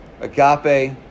Agape